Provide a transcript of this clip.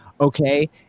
Okay